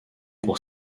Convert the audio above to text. pour